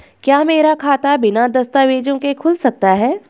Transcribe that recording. क्या मेरा खाता बिना दस्तावेज़ों के खुल सकता है?